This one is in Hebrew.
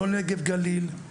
לא נגב גליל,